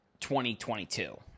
2022